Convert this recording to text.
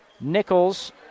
Nichols